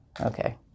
Okay